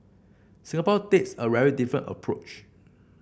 Singapore takes a very different approach